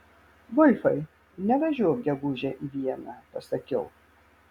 volfai nevažiuok gegužę į vieną pasakiau